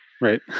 right